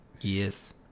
Yes